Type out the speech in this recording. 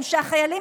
להורים.